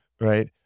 right